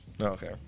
Okay